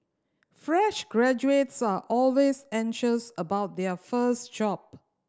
fresh graduates are always anxious about their first job